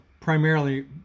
primarily